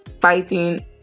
fighting